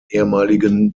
ehemaligen